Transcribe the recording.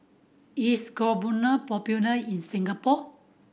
is popular in Singapore